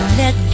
let